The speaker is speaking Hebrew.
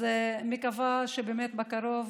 אני מקווה שבאמת בקרוב